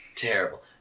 terrible